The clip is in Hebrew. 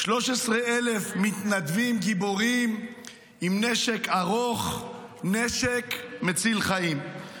13,000 מתנדבים גיבורים עם נשק ארוך מציל חיים.